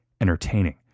entertaining